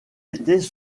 étés